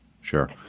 Sure